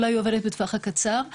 אולי היא עובדת בטווח הקצר.